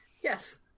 Yes